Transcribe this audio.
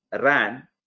ran